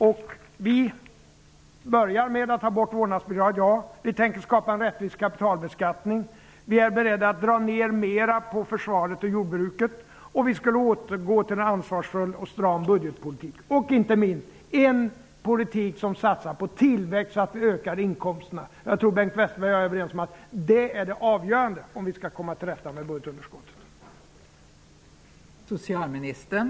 Ja, vi börjar med att ta bort vårdnadsbidraget. Vi tänker skapa en rättvis kapitalbeskattning. Vi är beredda att dra ned mera på försvaret och jordbruket. Vi skulle återgå till en ansvarsfull och stram budgetpolitik och inte minst en politik som satsar på tillväxt så att vi ökar inkomsterna. Jag tror att Bengt Westerberg och jag är överens om att det är avgörande om vi skall komma till rätta med budgetunderskottet.